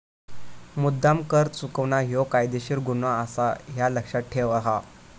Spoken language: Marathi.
मुद्द्दाम कर चुकवणा ह्यो कायदेशीर गुन्हो आसा, ह्या लक्ष्यात ठेव हां